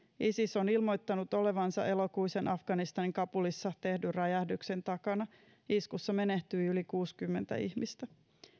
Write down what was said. isis on ilmoittanut olevansa elokuisen afganistanin kabulissa tehdyn räjähdyksen takana iskussa menehtyi yli kuusikymmentä ihmistä